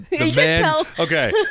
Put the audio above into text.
Okay